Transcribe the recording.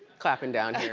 clappin' down here.